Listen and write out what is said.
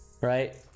right